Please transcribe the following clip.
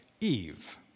Eve